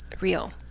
real